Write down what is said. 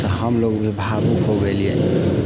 तऽ हम लोग भी भावुक हो गेलियै